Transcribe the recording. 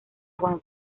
juan